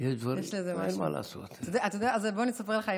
אז כשסופרים עד עשר, אז בוא אני אספר לך.